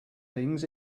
things